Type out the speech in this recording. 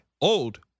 Old